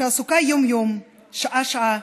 שעסוקה יום-יום, שעה-שעה,